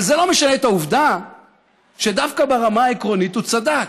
אבל זה לא משנה את העובדה שדווקא ברמה העקרונית הוא צדק,